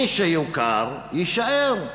מי שיוכר יישאר,